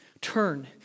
Turn